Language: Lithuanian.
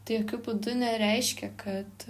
tai jokiu būdu nereiškia kad